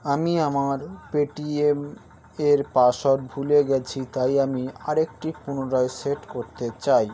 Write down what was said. আমি আমার পেটিমের পাসওয়ার্ড ভুলে গেছি তাই আমি আরেকটি পুনরায় সেট করতে চাই